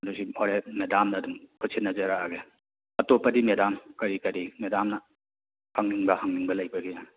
ꯑꯗꯨ ꯁꯤ ꯍꯣꯔꯦꯟ ꯃꯦꯗꯥꯝꯗ ꯑꯗꯨꯝ ꯈꯨꯠꯁꯤꯟꯅꯖꯔꯛꯑꯒꯦ ꯑꯇꯣꯞꯄꯗꯤ ꯃꯦꯗꯥꯝ ꯀꯔꯤ ꯀꯔꯤ ꯃꯦꯗꯥꯝꯅ ꯈꯪꯅꯤꯡꯕ ꯍꯪꯅꯤꯡꯕ ꯂꯩꯕꯒꯦ